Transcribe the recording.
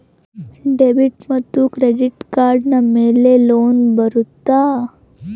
Debit ಮತ್ತು credit ಕಾರ್ಡಿನ ಮೇಲೆ ಲೋನ್ ಬರುತ್ತಾ?